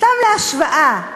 סתם להשוואה: